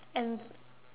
um